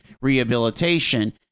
rehabilitation